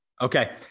Okay